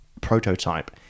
prototype